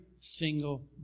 single